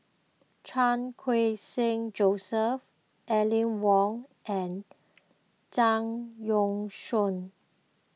Chan Khun Sing Joseph Aline Wong and Zhang Youshuo